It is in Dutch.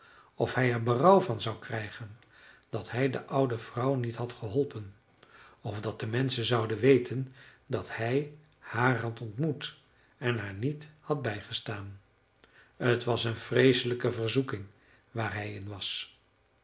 of hij er berouw van zou krijgen dat hij de oude vrouw niet had geholpen of dat de menschen zouden weten dat hij haar had ontmoet en haar niet had bijgestaan t was een vreeselijke verzoeking waar hij in was